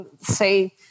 say